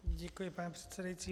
Děkuji, pane předsedající.